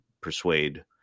persuade